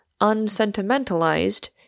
unsentimentalized